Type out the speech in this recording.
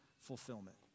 fulfillment